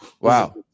Wow